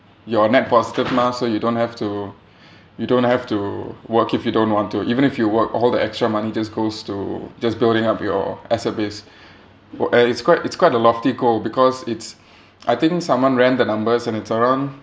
you're net positive mah so you don't have to you don't have to work if you don't want to even if you work all the extra money just goes to just building up your asset base for eh it's quite it's quite a lofty goal because it's I think someone ran the numbers and it's around